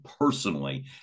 personally